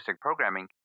Programming